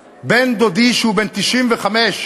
בן-דודי, שהוא בן 95,